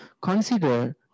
consider